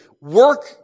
work